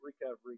Recovery